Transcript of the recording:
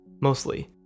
mostly